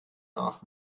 nach